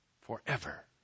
Forever